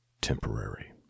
temporary